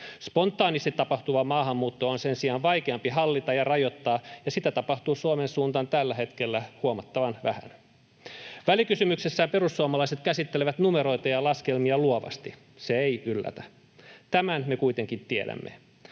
Spontaanisti tapahtuvaa maahanmuuttoa on sen sijaan vaikeampi hallita ja rajoittaa, ja sitä tapahtuu Suomen suuntaan tällä hetkellä huomattavan vähän. Välikysymyksessään perussuomalaiset käsittelevät numeroita ja laskelmia luovasti. Se ei yllätä. Tämän me kuitenkin tiedämme: